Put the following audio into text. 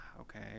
Okay